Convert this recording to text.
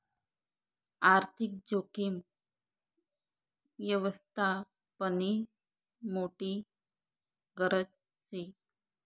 आर्थिक जोखीम यवस्थापननी मोठी गरज शे